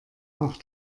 auch